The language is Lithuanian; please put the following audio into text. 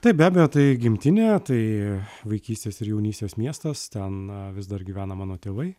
taip be abejo tai gimtinė tai vaikystės ir jaunystės miestas ten vis dar gyvena mano tėvai